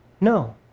No